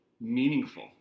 meaningful